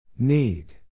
Need